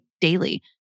daily